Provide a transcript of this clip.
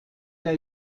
der